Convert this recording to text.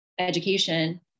education